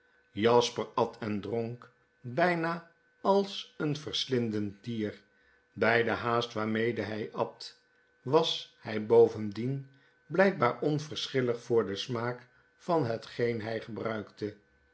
jasper at en dronk bijna als een verslindend dier bij de haast waarraede hij at was hij bovendien blijkbaar onverschillig voor den smaak van hetgeen hij gebruikte